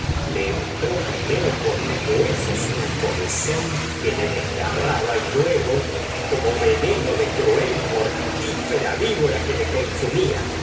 le entró primero por los y huesos una comezón que le desgarraba víbora luego le como veneno de cruel y mortífera que consumía